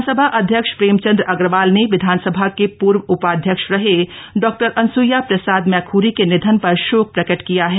विधानसभा अध्यक्ष प्रेमचंद अग्रवाल ने विधानसभा के पूर्व उपाध्यक्ष रहे डॉ अनुस्या प्रसाद मैख्री के निधन पर शोक प्रकट किया है